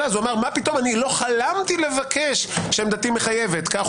אמר: לא חלמתי לבקש שעמדתי מחייבת כך